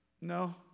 No